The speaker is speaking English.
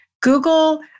Google